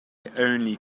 only